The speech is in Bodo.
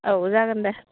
औ जागोन दे